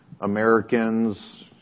Americans